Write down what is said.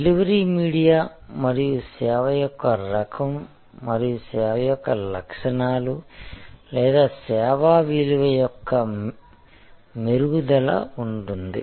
delivery media మరియు సేవ యొక్క రకం మరియు సేవ యొక్క లక్షణాలు లేదా సేవా విలువ యొక్క మెరుగుదల ఉంటుంది